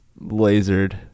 lasered